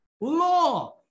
law